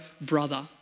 brother